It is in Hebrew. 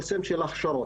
קורסים של הכשרות.